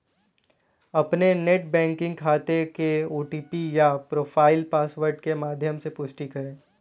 अपने net banking खाते के ओ.टी.पी या प्रोफाइल पासवर्ड के माध्यम से पुष्टि करें